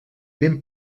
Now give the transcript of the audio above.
ben